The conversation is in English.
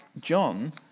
John